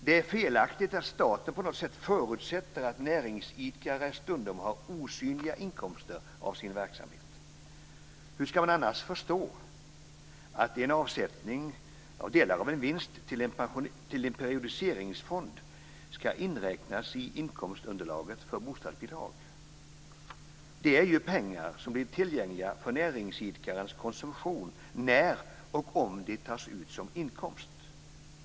Det är felaktigt att staten på något sätt förutsätter att näringsidkare stundom har osynliga inkomster av sin verksamhet. Hur ska man annars förstå att en avsättning av delar av en vinst till en periodiseringsfond ska inräknas i inkomstunderlaget för bostadsbidrag? Det är ju pengar som blir tillgängliga för näringsidkarens konsumtion när och om de tas ut som inkomst.